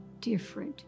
different